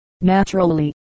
naturally